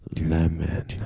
Lemon